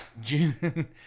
June